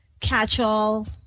catch-all